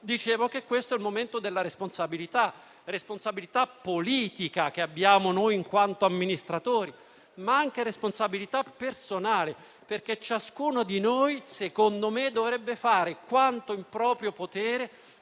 dicevo, questo è il momento della responsabilità politica che abbiamo in quanto amministratori, ma anche responsabilità personale, perché ciascuno di noi, secondo me, dovrebbe fare quanto in proprio potere